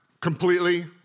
completely